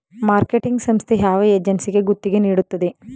Marketing ಸಂಸ್ಥೆ ಯಾವ ಏಜೆನ್ಸಿಗೆ ಗುತ್ತಿಗೆ ನೀಡುತ್ತದೆ?